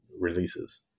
releases